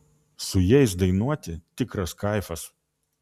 su jais dainuoti tikras kaifas